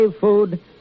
food